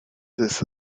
this